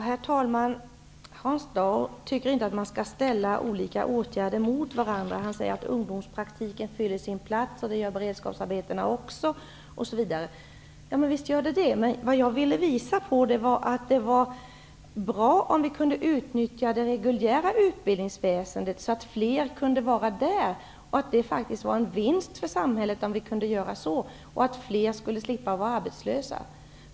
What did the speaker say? Herr talman! Hans Dau tycker inte att man skall ställa olika åtgärder mot varandra. Han säger att ungdomspraktiken och beredskapsarbetena fyller sin plats. Ja, det gör de, men vad jag ville visa var att det vore bra om fler kunde utnyttja det reguljära utbildningsväsendet. Det skulle vara en vinst för samhället om fler därmed slapp vara arbetslösa.